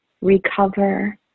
recover